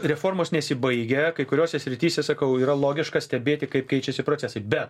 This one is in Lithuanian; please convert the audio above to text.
reformos nesibaigia kai kuriose srityse sakau yra logiška stebėti kaip keičiasi procesai bet